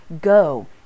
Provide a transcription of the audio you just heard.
Go